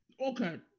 Okay